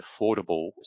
affordable